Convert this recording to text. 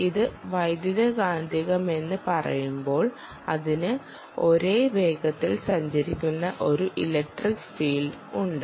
ഇത് വൈദ്യുതകാന്തികമെന്ന് പറയുമ്പോൾ അതിന് ഒരേ വേഗതയിൽ സഞ്ചരിക്കുന്ന ഒരു ഇലക്ട്രിക് ഫീൽഡ് ഉണ്ട്